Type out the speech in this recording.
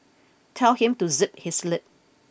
tell him to zip his lip